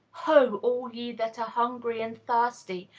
ho! all ye that are hungry and thirsty,